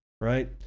right